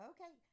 Okay